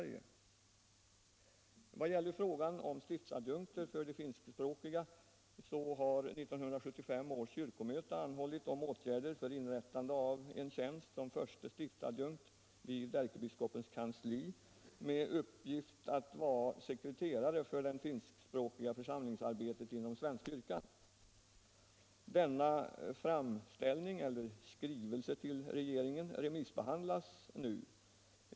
| Vad gäller frågan om stiftsadjunkterna har 1975 års kyrkomöte anhållit om åtgärder för inrättande av en tjänst som förste stiftsadjunkt vid ärkebiskopens kansli med uppgift att vara sekreterare för det finskspråkiga församlingsarbetet inom svenska kyrkan. Denna skrivelse till regeringen remissbehandlas nu.